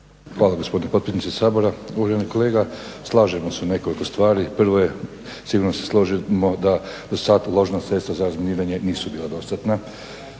Hvala gospodine potpredsjedniče Sabora. Uvaženi kolega, slažemo se u nekoliko stvari. Prvo je, sigurno se slažemo da u startu uložena sredstva za razminiranje nisu bila dostatna